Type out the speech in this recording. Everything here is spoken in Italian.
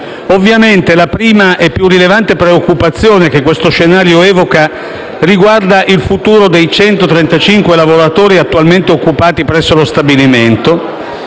Ovviamente, la prima e più rilevante preoccupazione che questo scenario evoca riguarda il futuro dei 135 lavoratori attualmente occupati presso lo stabilimento